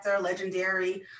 legendary